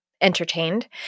entertained